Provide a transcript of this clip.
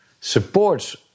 supports